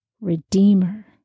redeemer